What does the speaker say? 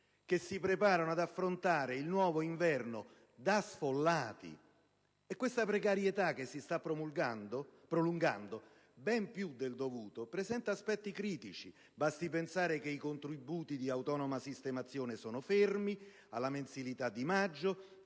che si preparano ad affrontare un nuovo inverno da sfollati. Questa precarietà, che si sta prolungando ben più del dovuto, presenta aspetti critici. Basti pensare che i contributi di autonoma sistemazione sono fermi alla mensilità di maggio